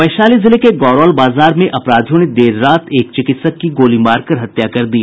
वैशाली जिले के गोरौल बाजार में अपराधियों ने देर रात एक चिकित्सक की गोली मारकर हत्या कर दी